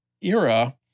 era